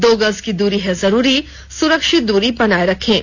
दो गज की दूरी है जरूरी सुरक्षित दूरी बनाए रखें